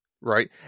right